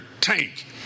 tank